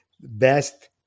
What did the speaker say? best